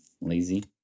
lazy